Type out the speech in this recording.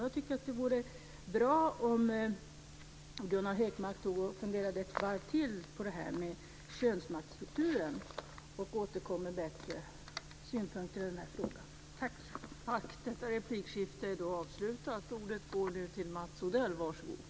Jag tycker att det vore bra om Gunnar Hökmark funderade ett varv till på det här med könsmaktsstrukturen och återkom med bättre synpunkter i den här frågan.